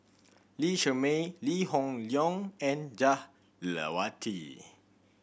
Lee Shermay Lee Hoon Leong and Jah Lelawati